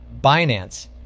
Binance